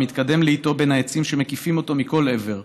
שמתקדם לאיטו בין העצים שמקיפים אותו מכל עבר.